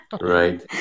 Right